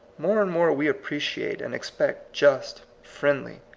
more and more we appre ciate and expect just, friendly,